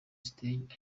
stage